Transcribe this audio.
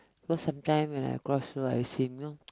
because sometime when I cross road I see you know